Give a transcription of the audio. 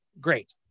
great